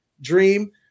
dream